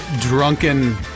drunken